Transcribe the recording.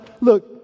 look